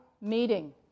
meeting